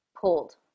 pulled